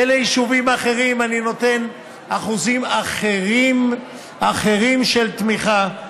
וליישובים אחרים אני נותן אחוזים אחרים של תמיכה.